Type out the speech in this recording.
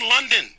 London